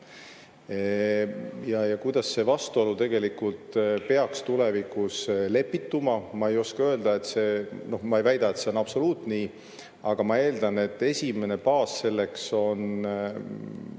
Kuidas see vastuolu tegelikult peaks tulevikus lepituma, ma ei oska öelda. Ma ei väida, et see on absoluut, aga ma eeldan, et esimene baas selleks on